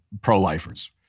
pro-lifers